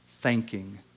thanking